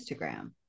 Instagram